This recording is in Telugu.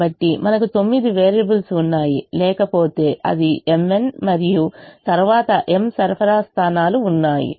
కాబట్టి మనకు తొమ్మిది వేరియబుల్స్ ఉన్నాయి లేకపోతే అది mn మరియు తరువాత m సరఫరా స్థానాలు ఉన్నాయి